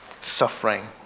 suffering